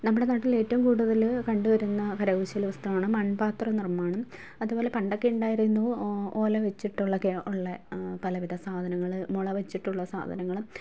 നമ്മുടെ നാട്ടിൽ ഏറ്റവും കൂടുതൽ കണ്ടുവരുന്ന കരകൗശല വസ്തുവാണ് മൺപാത്ര നിർമ്മാണം അതുപോലെ പണ്ടൊക്കെ ഉണ്ടായിരുന്നു ഓല വച്ചിട്ടുള്ള ഒക്കെ ഉള്ള പലവിധ സാധനങ്ങൾ മുള വച്ചിട്ടുള്ള സാധനങ്ങൾ